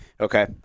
Okay